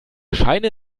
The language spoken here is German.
scheine